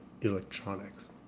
electronics